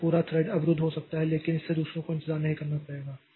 तो यह पूरा थ्रेड अवरुद्ध हो सकता है लेकिन इससे दूसरों को इंतजार नहीं करना पड़ेगा